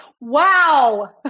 Wow